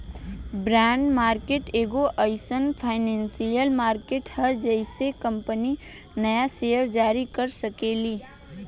bond market एगो एईसन financial market ह जेइसे कंपनी न्या सेयर जारी कर सकेली